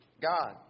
God